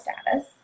status